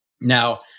Now